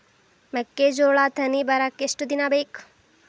ಮೆಕ್ಕೆಜೋಳಾ ತೆನಿ ಬರಾಕ್ ಎಷ್ಟ ದಿನ ಬೇಕ್?